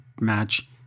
match